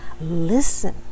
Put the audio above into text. listen